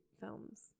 films